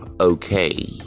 okay